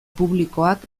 publikoak